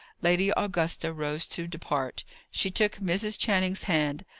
lady augusta rose to depart. she took mrs. channing's hand.